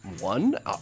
one